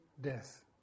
death